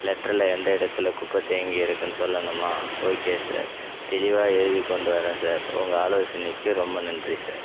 லெட்டரில் எந்த இடத்துல குப்பை தேங்கி இருக்குதுன்னு சொல்லணுமா ஓகே சார் தெளிவாக எழுதி கொண்டு வர்றேன் சார் உங்கள் ஆலோசனைக்கு ரொம்ப நன்றி சார்